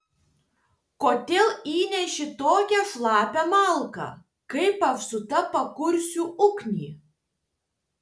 kodėl įneši tokią šlapią malką kaip aš su ta pakursiu ugnį